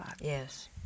Yes